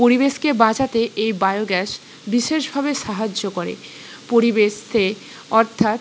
পরিবেশকে বাঁচাতে এই বায়োগ্যাস বিশেষভাবে সাহায্য করে পরিবেশে অর্থাৎ